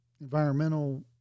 environmental